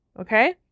Okay